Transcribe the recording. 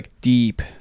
deep